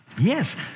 Yes